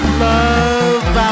love